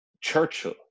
Churchill